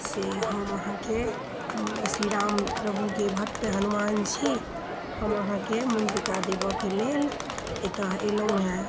से हम अहाँके श्री राम प्रभुके भक्त हनुमान छी हम अहाँके मुन्द्रिका देबऽके लेल एतऽ एलौहँ